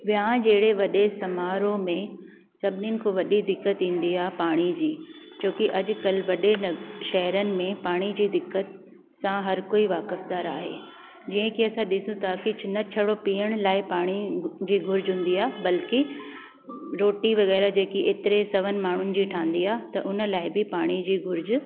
विहांउ जहिड़े वॾे समारोह में सभिनीनि खां वॾी दिक़त ईंदी आहे पाणी जी छोकी अॼुकल वॾे नग शहरुनि में पाणी जी दिक़त सां हर कोई वाक़िफदारु आहे जीअं की असां ॾिसूं था की न छड़ो पीअण लाइ पाणी जी घुर्ज हूंदी आहे बल्कि रोटी वग़ैरह जेकी एतिरे सवन माण्हुनि जी ठहंदी आहे त उन लाइ बि पाणी जी घुर्ज